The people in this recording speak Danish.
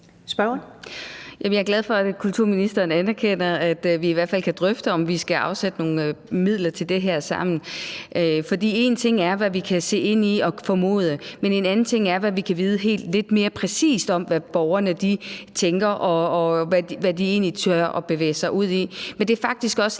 jeg er glad for, at kulturministeren anerkender, at vi i hvert fald kan drøfte, om vi skal afsætte nogle midler til det her sammen. For én ting er, hvad vi kan se ind i og formode, men en anden ting er, hvad vi kan vide lidt mere præcist, i forhold til hvad borgerne tænker og hvad de egentlig tør bevæge sig ud i. Men det er faktisk også